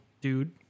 dude